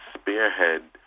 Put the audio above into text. spearhead